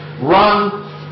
run